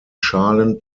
schalen